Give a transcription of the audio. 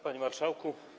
Panie Marszałku!